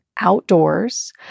outdoors